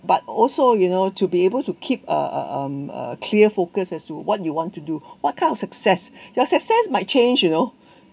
but also you know to be able to keep uh uh um uh clear focus as to what you want to do what kind of success your success might change you know